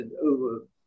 over